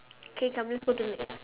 okay come let's go to the next